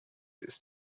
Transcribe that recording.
ist